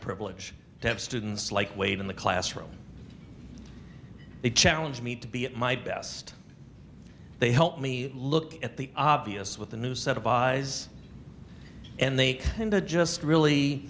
privilege to have students like wade in the classroom that challenge me to be at my best they help me look at the obvious with a new set of eyes and they seem to just really